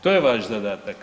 Top je vaš zadatak.